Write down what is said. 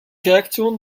reaktion